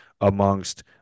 Amongst